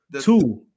two